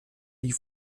die